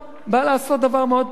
באה לעשות דבר מאוד פשוט.